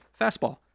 fastball